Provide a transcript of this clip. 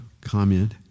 comment